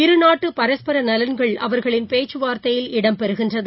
இருநாட்டுபரஸ்பரநலன்கள் அவர்களின் பேச்சுவார்த்தையில் இடம் பெறுகிறது